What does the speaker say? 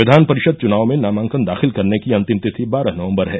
विधान परिषद चुनाव में नामांकन दाखिल करने की अन्तिम तिथि बारह नवम्बर है